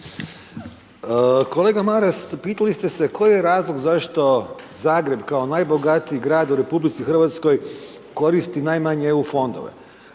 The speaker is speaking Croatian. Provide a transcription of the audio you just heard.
Kolega Maras, pitali ste se koji je razlog zašto Zagreb kao najbogatiji grad u RH koristi najmanje EU fondove?